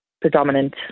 predominant